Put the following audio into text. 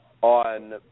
On